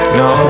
no